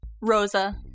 Rosa